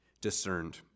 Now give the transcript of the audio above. discerned